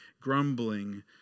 grumbling